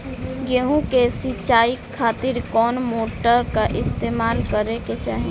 गेहूं के सिंचाई खातिर कौन मोटर का इस्तेमाल करे के चाहीं?